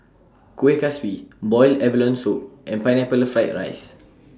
Kuih Kaswi boiled abalone Soup and Pineapple Fried Rice